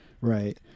right